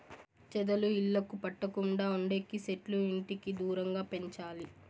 చెదలు ఇళ్లకు పట్టకుండా ఉండేకి సెట్లు ఇంటికి దూరంగా పెంచాలి